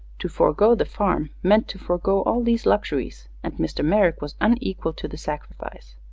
to forego the farm meant to forego all these luxuries, and mr. merrick was unequal to the sacrifice.